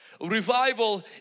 Revival